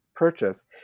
Purchase